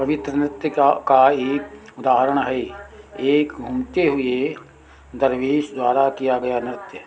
पवित्र नृत्य का का एक उदाहरण है एक घूमते हुए दरवेश द्वारा किया गया नृत्य